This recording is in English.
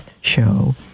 show